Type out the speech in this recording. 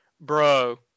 Bro